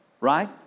Right